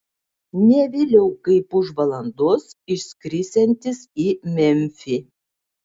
ne vėliau kaip už valandos išskrisiantis į memfį